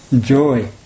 joy